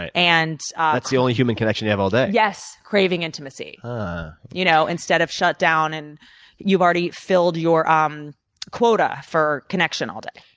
ah and ah that's the only human connection you have all day. yes, yes, craving intimacy you know instead of shut down and you've already filled your um quota for connection all day.